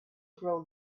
grow